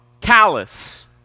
callous